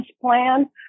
plan